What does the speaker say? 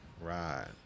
Right